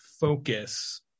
focus